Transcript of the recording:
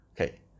Okay